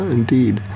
indeed